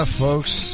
folks